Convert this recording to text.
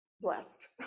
blessed